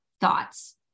thoughts